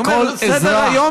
לכל אזרח,